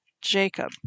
Jacob